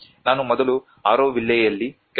ನಾನು ಮೊದಲು ಆರೊವಿಲ್ಲೆಯಲ್ಲಿAuroville